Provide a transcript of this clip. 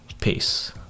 Peace